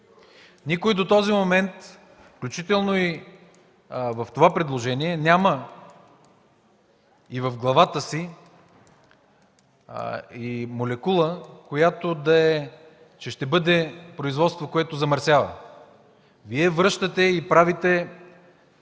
Никой до този момент, включително и в това предложение, няма в главата си и молекула, че ще бъде производство, което замърсява. Вие връщате и правите